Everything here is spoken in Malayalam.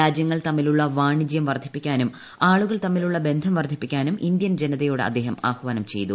രാജ്യങ്ങൾ തമ്മിലുള്ള വാണിജ്യം വർദ്ധിപ്പിക്കാനും ആളുകൾ തമ്മിലുള്ള ബന്ധം വർദ്ധിപ്പിക്കാനും ഇന്ത്യൻ ജനതയോട് അദ്ദേഹം ആഹ്വാനം ചെയ്തു